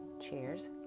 Cheers